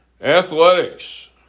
Athletics